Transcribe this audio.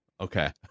Okay